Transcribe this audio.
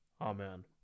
Amen